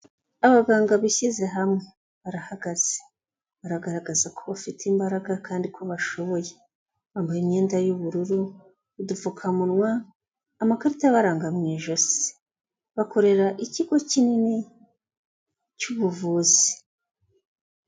Abaganga bishyize hamwe, barahagaze, baragaragaza ko bafite imbaraga kandi ko bashoboye, bambaye imyenda y'ubururu, dupfukamunwa, amakarita abaranga mu ijosi, bakorera ikigo kinini cy'ubuvuzi.